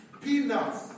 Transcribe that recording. peanuts